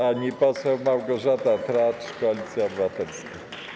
Pani poseł Małgorzata Tracz, Koalicja Obywatelska.